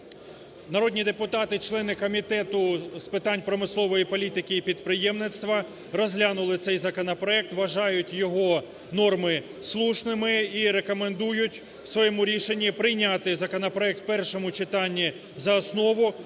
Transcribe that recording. народні депутати, члени Комітету з питань промислової політики і підприємництва розглянули цей законопроект, вважають його норми слушними і рекомендують в своєму рішенні прийняти законопроект в першому читанні за основу